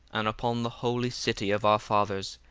and upon the holy city of our fathers,